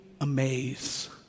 amaze